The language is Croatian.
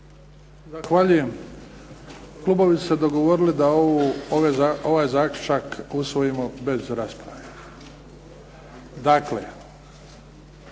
Zahvaljujem. Klubovi su se dogovorili da ovaj zaključak usvojimo bez rasprave. Dakle,